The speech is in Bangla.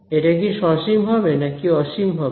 এটা কি সসীম হবে নাকি অসীম হবে